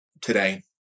today